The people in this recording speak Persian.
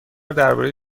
درباره